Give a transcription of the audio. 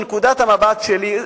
מנקודת המבט שלי,